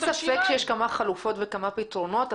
ספק שיש כמה חלופות וכמה פתרונות.